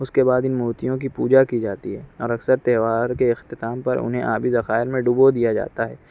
اس کے بعد ان مورتیوں کی پوجا کی جاتی ہے اور اکثر تہوار کے اختتام پر انہیں آبی ذخائر میں ڈبو دیا جاتا ہے